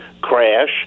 crash